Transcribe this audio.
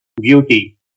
beauty